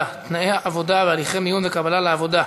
(תנאי עבודה והליכי מיון וקבלה לעבודה)